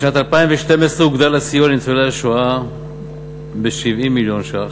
בשנת 2012 הוגדל הסיוע לניצולי השואה ב-70 מיליון ש"ח,